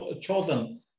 chosen